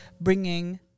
bringing